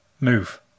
move